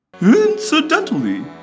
Incidentally